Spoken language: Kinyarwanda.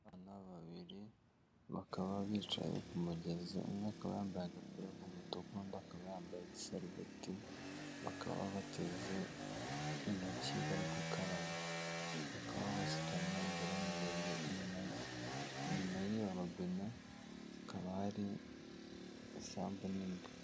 Aba abana babiri bakaba bicaye ku mugezi, umwe akaba bambaye agapira k'umutuku, undi akaba yambaye igisarubeti, bakaba bateze intoki bari gukaraba, bakaba basutamye imbere y'umugezi, inyuma y'iyo robine hakaba hari isambu nini.